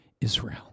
Israel